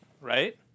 right